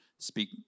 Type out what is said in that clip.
speak